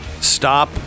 Stop